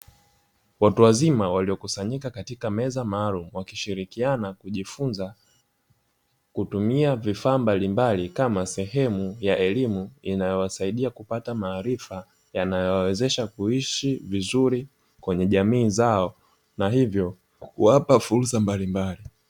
Watu wazima waliokusanyika katika meza maalumu, wakishirikiana kujifunza kutumia vifaa mbalimbali kama sehemu ya elimu inayowasaidia kupata maarifa yanayowawezesha kuishi vizuri kwenye jamii zao na hivyo kuwapa fursa mbalimbali.